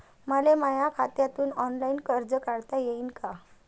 मले माया खात्यातून ऑनलाईन कर्ज काढता येईन का?